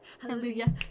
Hallelujah